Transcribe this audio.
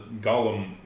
Gollum